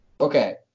okay